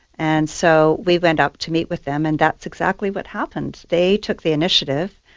and so we went up to meet with them and that's exactly what happened. they took the initiative,